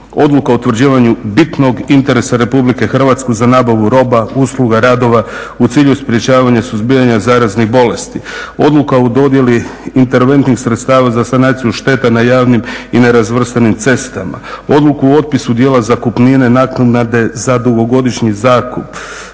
Odluka o utvrđivanju bitnog interesa Republike Hrvatske za nabavu roba, usluga, radova, u cilju sprečavanja suzbijanja zaraznih bolesti, Odluka o dodjeli interventnih sredstava za sanaciju šteta na javnim i nerazvrstanim cestama, Odluku o otpisu dijela zakupnine, naknade za dugogodišnji zakup